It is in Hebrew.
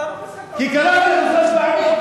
אתם מפריעים לשר כבר עשר דקות.